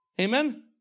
Amen